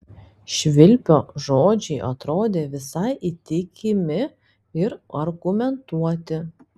švilpio žodžiai atrodė visai įtikimi ir argumentuoti